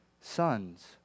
sons